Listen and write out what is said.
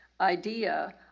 idea